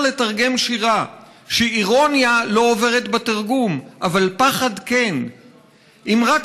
לתרגם שירה / שאירוניה לא עוברת בתרגום / אבל פחד כן / אם רק